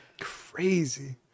crazy